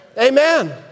Amen